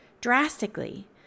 Drastically